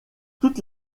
toutes